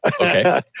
Okay